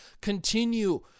continue